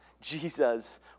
Jesus